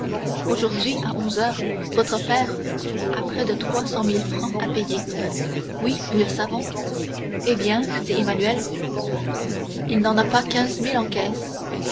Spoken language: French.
aujourd'hui à onze heures votre père a près de trois cent mille francs à payer oui nous le savons eh bien dit emmanuel il n'en a pas quinze mille en caisse